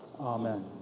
Amen